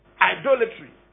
Idolatry